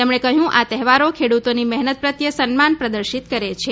તેમણે કહ્યું આ તહેવારો ખેડૂતોની મહેનત પ્રત્યે સન્માન પ્રદર્શિત કરે છે